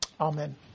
Amen